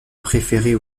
préférer